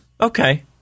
Okay